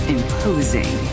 Imposing